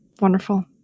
Wonderful